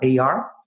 ar